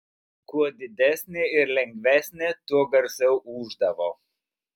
kuo didesnė ir lengvesnė tuo garsiau ūždavo